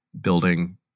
building